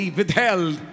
withheld